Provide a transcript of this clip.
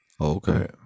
okay